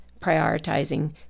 prioritizing